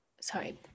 sorry